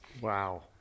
Wow